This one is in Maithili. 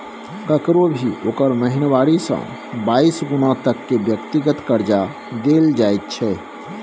ककरो भी ओकर महिनावारी से बाइस गुना तक के व्यक्तिगत कर्जा देल जाइत छै